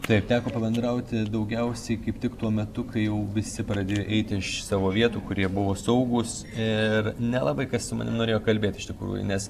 taip teko pabendrauti daugiausiai kaip tik tuo metu kai jau visi pradėjo eiti iš savo vietų kur jie buvo saugūs ir nelabai kas su manim norėjo kalbėt iš tikrųjų nes